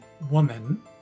woman